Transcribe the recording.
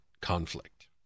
conflict